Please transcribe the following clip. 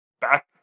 Back